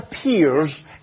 appears